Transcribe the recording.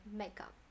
makeup